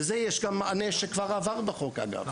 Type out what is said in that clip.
אגב, יש לזה מענה שכבר עבר בחוק.